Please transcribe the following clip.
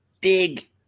big